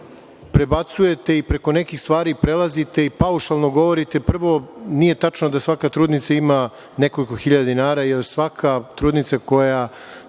prebacujete i preko nekih stvari prelazite i paušalno govorite. Prvo, nije tačno da svaka trudnica ima nekoliko hiljada dinara, jer svaka trudnica koja